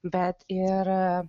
bet ir